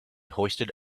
hoisted